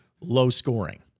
low-scoring